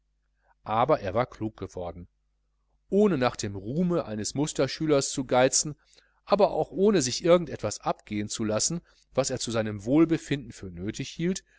aber er war klug geworden ohne nach dem ruhme eines musterschülers zu geizen aber auch ohne sich irgend etwas abgehen zu lassen was er zu seinem wohlbefinden für nötig hielt